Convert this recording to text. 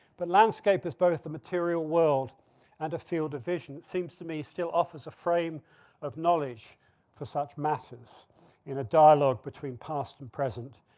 but landscape is both a material world and a field of vision. it seems to me it still offers a frame of knowledge for such matters in a dialogue between past and present.